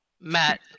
Matt